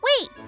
Wait